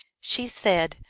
she, said,